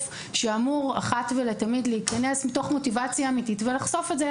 שאמור אחת ולתמיד להיכנס מתוך מוטיבציה אמיתית ולחשוף את זה.